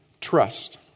trust